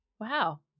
Wow